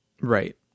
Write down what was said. right